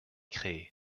créé